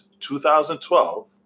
2012